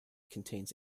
contains